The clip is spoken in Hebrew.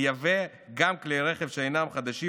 לייבא גם כלי רכב שאינם חדשים,